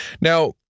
Now